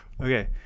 Okay